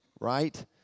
right